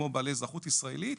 כמו בעלי אזרחות ישראלית,